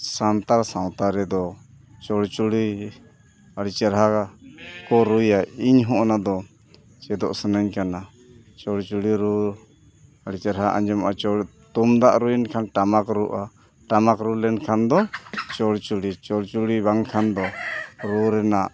ᱥᱟᱱᱛᱟᱲ ᱥᱟᱶᱛᱟ ᱨᱮᱫᱚ ᱪᱚᱲᱪᱩᱲᱤ ᱟᱹᱰᱤ ᱪᱮᱦᱨᱟ ᱠᱚ ᱨᱩᱭᱟ ᱤᱧᱦᱚᱸ ᱚᱱᱟᱫᱚ ᱪᱮᱫᱚᱜ ᱥᱟᱱᱟᱧ ᱠᱟᱱᱟ ᱪᱚᱲᱪᱩᱲᱤ ᱨᱩ ᱟᱹᱰᱤ ᱪᱮᱦᱨᱟ ᱟᱸᱡᱚᱢᱚᱜᱼᱟ ᱛᱩᱢᱫᱟᱜ ᱨᱩᱭᱮᱱᱠᱷᱟᱱ ᱴᱟᱢᱟᱠ ᱨᱩᱜᱼᱟ ᱴᱟᱢᱟᱠ ᱨᱩ ᱞᱮᱱᱠᱷᱟᱱ ᱫᱚ ᱪᱚᱲᱪᱚᱲᱤ ᱪᱚᱲᱪᱚᱲᱤ ᱵᱟᱝᱠᱷᱟᱱ ᱫᱚ ᱨᱩ ᱨᱮᱱᱟᱜ